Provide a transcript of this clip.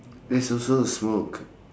that's also a smoke